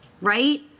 right